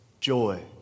joy